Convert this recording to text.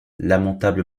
lamentable